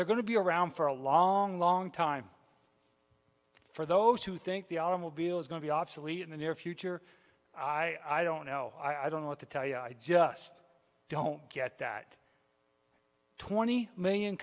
they're going to be around for a long long time for those who think the automobile is going to be obsolete in the near future i don't know i don't want to tell you i just don't get that twenty million